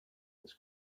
this